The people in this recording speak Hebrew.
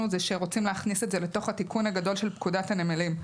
שרוצים להכניס את זה לתוך התיקון הגדול של פקודת הנמלים.